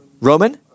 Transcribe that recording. Roman